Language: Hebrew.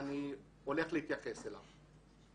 שאני הולך להתייחס אליו.